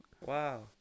Wow